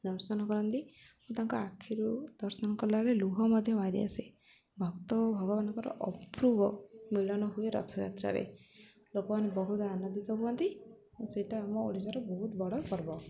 ଦର୍ଶନ କରନ୍ତି ଓ ତାଙ୍କ ଆଖିରୁ ଦର୍ଶନ କଲାବେଳେ ଲୁହ ମଧ୍ୟ ବାହାରିଆସେ ଭକ୍ତ ଓ ଭଗବାନଙ୍କର ଅପୂର୍ବ ମିଲନ ହୁଏ ରଥଯାତ୍ରାରେ ଲୋକମାନେ ବହୁତ ଆନନ୍ଦିତ ହୁଅନ୍ତି ଓ ସେଇଟା ଆମ ଓଡ଼ିଶାର ବହୁତ ବଡ଼ ପର୍ବ